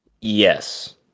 Yes